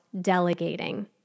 delegating